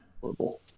horrible